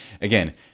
again